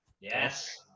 Yes